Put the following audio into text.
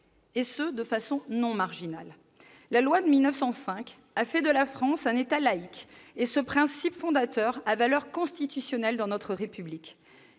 et ce de façon non marginale. La loi de 1905 a fait de la France un État laïque, et ce principe fondateur a, dans notre République,